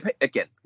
Again